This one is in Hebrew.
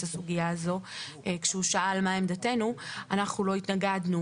הסוגיה הזו כשהוא שאל מה עמדתנו - אנחנו לא התנגדנו